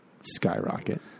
skyrocket